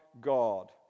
God